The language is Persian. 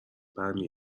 برمی